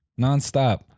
nonstop